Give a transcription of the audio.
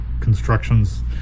constructions